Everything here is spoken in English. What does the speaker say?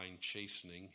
chastening